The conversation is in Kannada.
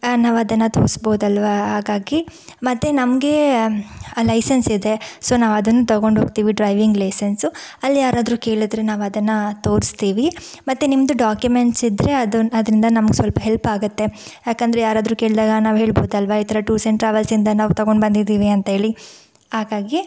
ನಾವದನ್ನು ತೋಸ್ಬೋದಲ್ವಾ ಹಾಗಾಗಿ ಮತ್ತೆ ನಮಗೆ ಲೈಸೆನ್ಸ್ ಇದೆ ಸೊ ನಾವದನ್ನು ತೊಗೊಂಡೊಗ್ತೀವಿ ಡ್ರೈವಿಂಗ್ ಲೈಸೆನ್ಸು ಅಲ್ಯಾರಾದರೂ ಕೇಳಿದ್ರೆ ನಾವದನ್ನು ತೋರಿಸ್ತೀವಿ ಮತ್ತು ನಿಮ್ಮದು ಡಾಕ್ಯುಮೆಂಟ್ಸ್ ಇದ್ದರೆ ಅದು ಅದರಿಂದ ನಮಗೆ ಸ್ವಲ್ಪ ಹೆಲ್ಪಾಗತ್ತೆ ಯಾಕಂದರೆ ಯಾರಾದರೂ ಕೇಳಿದಾಗ ನಾವು ಹೇಳ್ಬೌದಲ್ವಾ ಈ ಥರ ಟೂರ್ಸ್ ಆ್ಯಂಡ್ ಟ್ರಾವೆಲ್ಸಿಂದ ನಾವು ತೊಗೊಂಡು ಬಂದಿದ್ದೀವಿ ಅಂತೇಳಿ ಹಾಗಾಗಿ